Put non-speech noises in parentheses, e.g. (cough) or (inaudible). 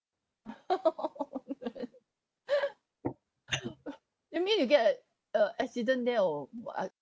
(laughs) that mean you get a a accident there or what